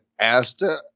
Asta